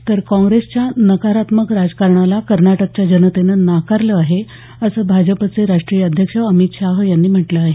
तर काँप्रेसच्या नकारात्मक राजकारणाला कर्नाटकच्या जनतेनं नाकारलं आहे असं भाजपचे राष्ट्रीय अध्यक्ष अमित शाह यांनी म्हटलं आहे